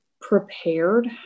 prepared